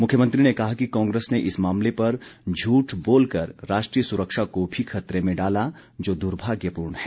मुख्यमंत्री ने कहा कि कांग्रेस ने इस मामले पर झूठ बोलकर राष्ट्रीय सुरक्षा को भी खतरे में डाला जो दुर्भाग्यपूर्ण है